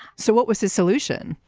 so what was his solution?